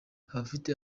abafite